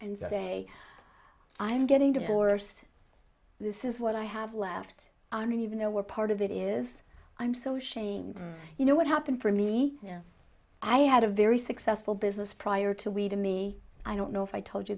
and say i'm getting divorced this is what i have left arm and even though we're part of it is i'm so shamed you know what happened for me you know i had a very successful business prior to wheedle me i don't know if i told you